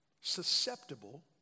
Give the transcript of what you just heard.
susceptible